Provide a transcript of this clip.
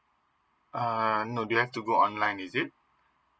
uh no they have to go online is it